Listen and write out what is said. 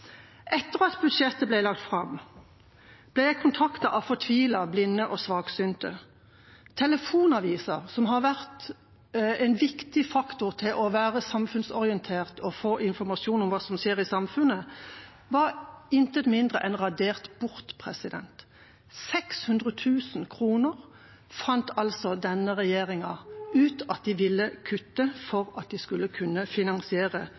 Etter at budsjettet ble lagt fram, ble jeg kontaktet av fortvilte blinde og svaksynte. Telefonavisa, som har vært en viktig faktor for å være samfunnsorientert og få informasjon om hva som skjer i samfunnet, var intet mindre enn radert bort. 600 000 kr fant altså denne regjeringa ut at de ville kutte for at de skulle kunne finansiere